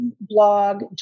blog